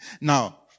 Now